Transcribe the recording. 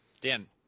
Dan